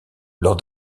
lors